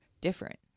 different